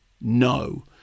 no